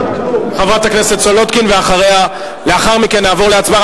חברת הכנסת סולודקין, ולאחר מכן נעבור להצבעה.